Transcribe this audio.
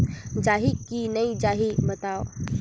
जाही की नइ जाही बताव?